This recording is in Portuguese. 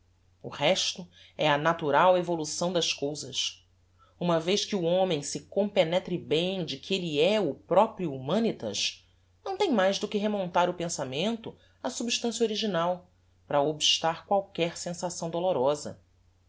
o resto é a natural evolução das cousas uma vez que o homem se compenetre bem de que elle é o proprio humanitas não tem mais do que remontar o pensamento á substancia original para obstar qualquer sensação dolorosa